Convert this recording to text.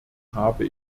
habe